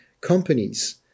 companies